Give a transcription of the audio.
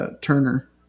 Turner